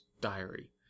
diary